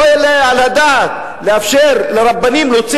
לא יעלה על הדעת לאפשר לרבנים להוציא